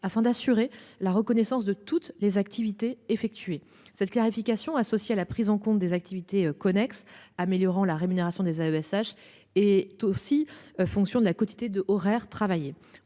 afin d'assurer la reconnaissance de toutes les activités effectuées cette clarification associé à la prise en compte des activités connexes améliorant la rémunération des AESH est aussi fonction de la quantité de horaires travailler